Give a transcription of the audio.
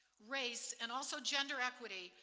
race, and also gender equity,